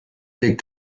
des